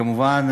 כמובן,